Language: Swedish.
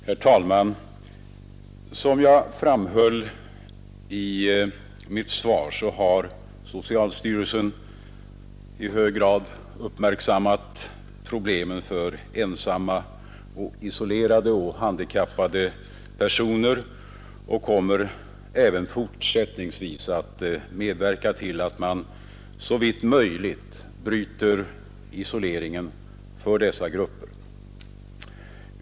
Herr talman! Som jag framhöll i mitt svar har socialstyrelsen i hög grad uppmärksammat problemen för ensamma, isolerade och handikappade personer och kommer även fortsättningsvis att medverka till att man såvitt möjligt bryter isoleringen för dessa grupper.